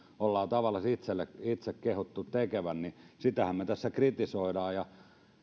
ollaan tavallansa itselle itse kehuttu tehtävän niin sitähän me tässä kritisoimme ja